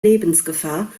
lebensgefahr